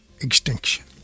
extinction